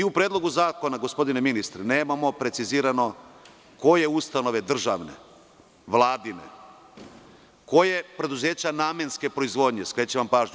U Predlogu zakona, gospodine ministre, nemamo precizirano koje državne ustanove, vladine, koja preduzeća namenske proizvodnje, skrećem pažnju.